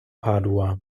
padua